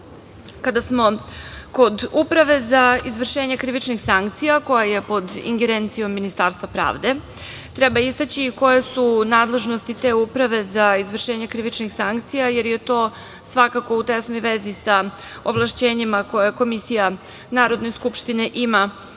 smo kod Uprave za izvršenje krivičnih sankcija koja je pod ingerencijom Ministarstva pravde, treba istaći i koje su nadležnosti te Uprave za izvršenje krivičnih sankcija jer je to svakako u tesnoj vezi sa ovlašćenjima koja Komisija Narodne skupštine ima,